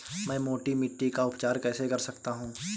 मैं मोटी मिट्टी का उपचार कैसे कर सकता हूँ?